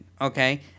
okay